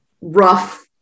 rough